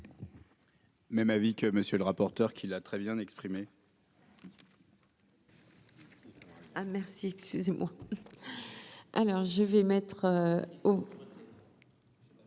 Même avis que monsieur le rapporteur, qui l'a très bien exprimé. Ah merci, excusez-moi, alors je vais mettre